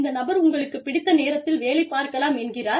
இந்த நபர் உங்களுக்குப் பிடித்த நேரத்தில் வேலை பார்க்கலாம் என்கிறார்